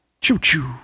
choo-choo